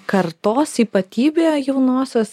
kartos ypatybė jaunosios